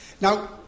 Now